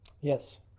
Yes